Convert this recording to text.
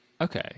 Okay